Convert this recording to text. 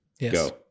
Yes